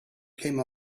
came